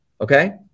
Okay